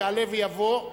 יעלה ויבוא.